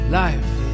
life